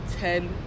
ten